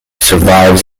survives